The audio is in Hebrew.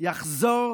יחזור